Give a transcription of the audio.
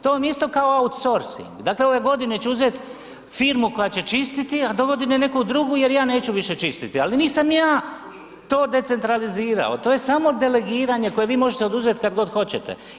To vam je isto kao outsourcing, dakle ove godine ću uzet firmu koja će čistiti a dogodine neku drugu jer ja neću više čistiti ali nisam ja to decentralizirao, to je samo delegiranje koje vi možete oduzeti kad god hoćete.